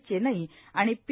चेनई आणि पी